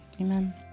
Amen